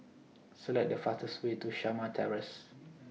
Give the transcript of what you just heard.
Select The fastest Way to Shamah Terrace